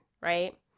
right